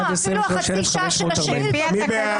23,521 עד 23,540. מי בעד?